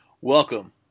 Welcome